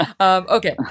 Okay